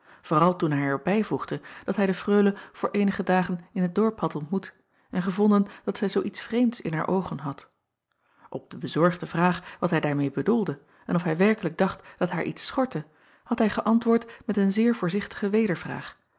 vooral toen hij er bijvoegde dat hij de reule voor eenige dagen in t dorp had ontmoet en gevonden dat zij zoo iets vreemds in haar oogen had p de bezorgde vraag wat hij daarmeê bedoelde en of hij werkelijk dacht dat haar iets schortte had hij geäntwoord met een zeer voorzichtige